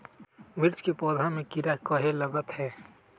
मिर्च के पौधा में किरा कहे लगतहै?